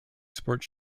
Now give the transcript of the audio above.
sports